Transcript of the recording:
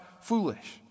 foolish